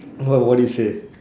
what what you say